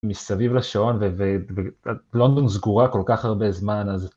מסביב לשעון, ולונדון סגורה כל כך הרבה זמן אז...